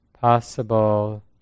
possible